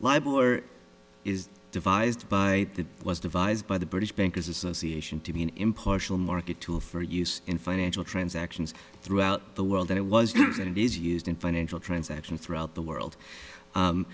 libel or is devised by the was devised by the british bankers association to be an impartial market tool for use in financial transactions throughout the world that it was that it is used in financial transactions throughout the world